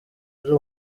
ari